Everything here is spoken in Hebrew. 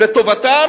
לטובתם